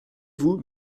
vous